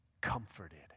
comforted